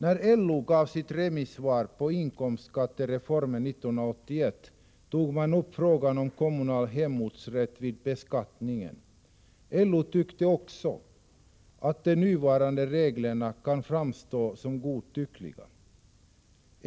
När LO överlämnade sitt remissvar beträffande inkomstskattereformen år 1981 tog man upp frågan om kommunal hemortsrätt vid beskattningen. LO tyckte också att de nuvarande reglerna kan framstå som godtyckliga.